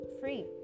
free